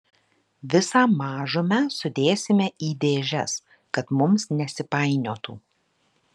visą mažumę sudėsime į dėžes kad mums nesipainiotų